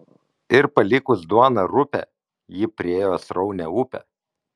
ir palikus duoną rupią ji priėjo sraunią upę